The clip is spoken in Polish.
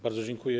Bardzo dziękuję.